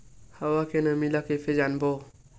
हवा के नमी ल कइसे जानबो?